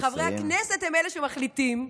חברי הכנסת הם אלה שמחליטים,